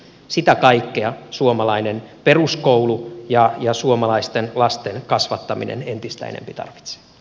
sitä kaikkea suomalainen peruskoulu ja suomalaisten lasten kasvattaminen entistä enempi tarvitsevat